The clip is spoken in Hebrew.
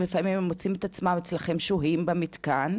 ולפעמים הם מוצאים את עצמם שוהים אצלכם במתקן,